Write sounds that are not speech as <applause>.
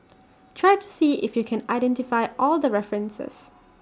<noise> try to see if you can identify all the references